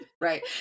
right